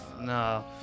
no